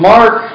Mark